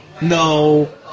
No